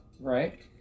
right